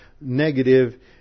negative